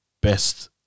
best